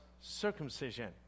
circumcision